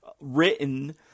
written